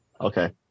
okay